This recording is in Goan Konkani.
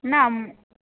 ना